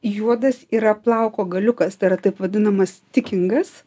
juodas yra plauko galiukas tai yra taip vadinamas tikingas